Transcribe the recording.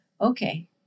okay